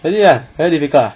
really ah very difficult ah